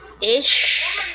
ish